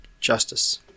justice